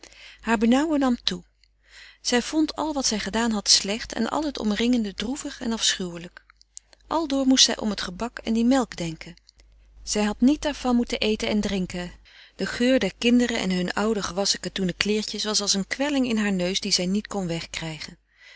haar benauwen nam toe zij vond al wat zij gedaan had slecht en al het omringende droevig en afschuwelijk aldoor moest zij om t gebak en die melk denken zij had niet daarvan moeten eten en drinken de geur der kinderen en hun oude gewasschen katoenen kleertjes was als een kwelling in haar neus die zij niet kon wegkrijgen